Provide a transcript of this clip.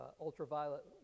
ultraviolet